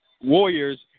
Warriors